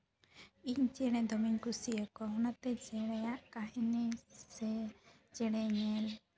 ᱤᱧ ᱪᱮᱬᱮ ᱫᱚᱢᱮᱧ ᱠᱩᱥᱤᱭᱟᱠᱚᱣᱟ ᱚᱱᱟᱛᱮ ᱪᱮᱬᱮᱭᱟᱜ ᱠᱟᱹᱦᱱᱤ ᱥᱮ ᱪᱮᱬᱮ ᱧᱮᱞ